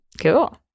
cool